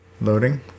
loading